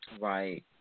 Right